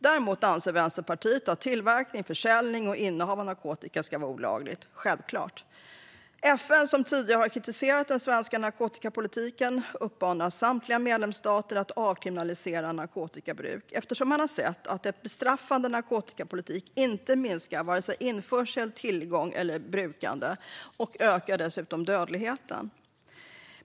Däremot anser Vänsterpartiet självklart att tillverkning, försäljning och innehav av narkotika ska vara olagligt. FN, som tidigare har kritiserat den svenska narkotikapolitiken, uppmanar samtliga medlemsstater att avkriminalisera narkotikabruk eftersom man har sett att en bestraffande narkotikapolitik inte minskar vare sig införsel av, tillgång till eller brukande av narkotika och dessutom ökar dödligheten.